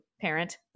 parent